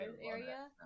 area